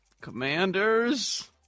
Commanders